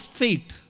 faith